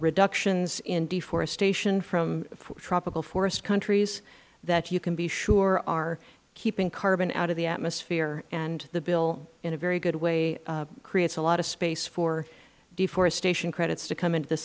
reductions in deforestation from tropical forest countries that you can be sure are keeping carbon out of the atmosphere and the bill in a very good way creates a lot of space for deforestation credits to come into the